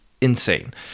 insane